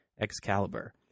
Excalibur